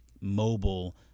mobile